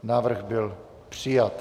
Návrh byl přijat.